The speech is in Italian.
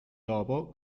dopo